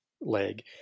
leg